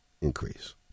increase